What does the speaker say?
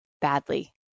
badly